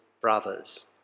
brothers